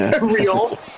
Real